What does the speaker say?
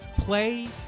play